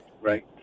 Right